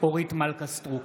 אורית מלכה סטרוק,